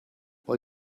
why